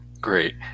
Great